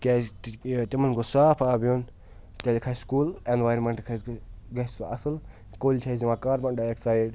کیازِ تِمَن گوٚژھ صاف آب یُن تیٚلہِ کھسہِ کُل اٮ۪نوارمِنٹ کھَسہِ گژھِ سُہ اَصٕل کُلۍ چھِ اَسہِ دِوان کاربَن ڈاے آکسایِڈ